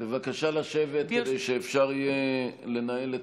בבקשה לשבת כדי שיהיה אפשר לנהל את